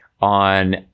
on